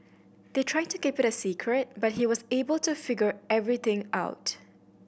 they tried to keep it a secret but he was able to figure everything out